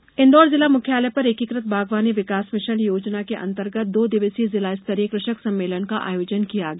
किसान सम्मेलन इंदौर जिला मुख्यालय पर एकीकृत बागवानी विकास मिषन योजना के अंतर्गत दो दिवसीय जिला स्तरीय कृषक सम्मेलन का आयोजन किया गया